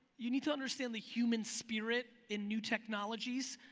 you need to understand the human spirit in new technologies.